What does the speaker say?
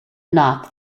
knapp